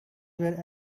were